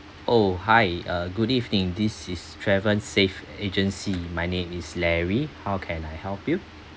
oh hi uh good evening this is travel safe agency my name is larry how can I help you